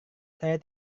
saya